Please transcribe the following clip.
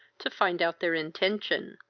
to find out their intention.